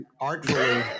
artfully